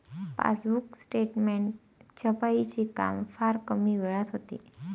passbook statement छपाईचे काम फार कमी वेळात होते